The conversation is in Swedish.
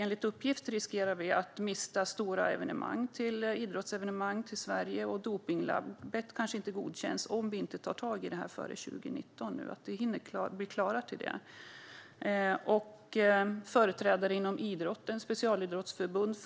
Enligt uppgift riskerar vi att mista stora idrottsevenemang i Sverige. Dopningslabbet kanske inte godkänns om vi inte tar tag i den här frågan så att vi hinner bli klara till 2019. Företrädare inom idrotten och specialidrottsförbund